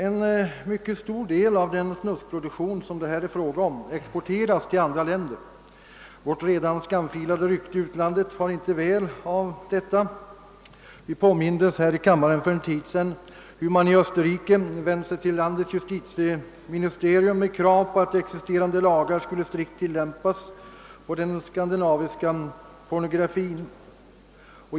En mycket stor del av den snuskproduktion som det här är fråga om exporteras till andra länder. Vårt redan skamfilade rykte i utlandet far inte väl av detta. Vi påmindes här i kammaren för en tid sedan om hur man i Österrike vänt sig till landets justitieministerium med krav på att existerande lagar skulle strikt tillämpas på den svenska pornografin.